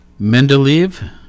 Mendeleev